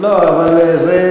יש לי